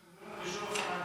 יש חוקי עזר,